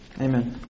Amen